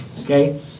Okay